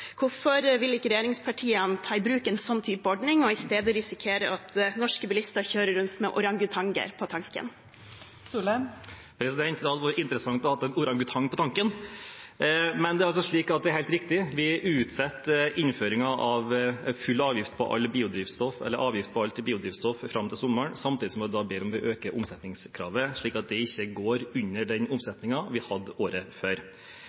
Hvorfor vil ikke regjeringspartiene ta i bruk en sånn ordning i stedet for å risikere at norske bilister kjører rundt med orangutanger på tanken? Det hadde vært interessant å ha en orangutang på tanken! Men det er slik – det er helt riktig – at vi utsetter innføring av full avgift på alt biodrivstoff fram til sommeren samtidig som vi ber om å øke omsetningskravet, slik at det ikke går under den omsetningen vi hadde året før.